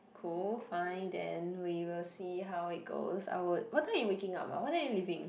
cool fine then we will see how it goes I would what time you waking up ah what time you leaving